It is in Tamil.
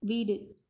வீடு